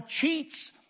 cheats